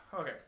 Okay